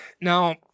Now